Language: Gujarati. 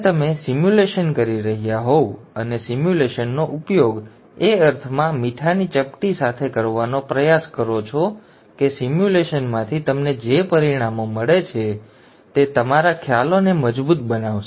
જ્યારે તમે સિમ્યુલેશન કરી રહ્યા હોવ અને સિમ્યુલેશનનો ઉપયોગ એ અર્થમાં મીઠાની ચપટી સાથે કરવાનો પ્રયાસ કરો છો કે સિમ્યુલેશનમાંથી તમને જે પરિણામો મળે છે તે તમારા ખ્યાલોને મજબૂત બનાવશે